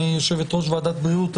יושבת-ראש ועדת הבריאות.